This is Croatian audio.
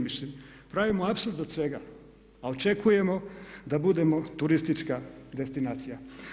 Mislim pravimo apsurd od svega, a očekujemo da budemo turistička destinacija.